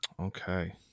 Okay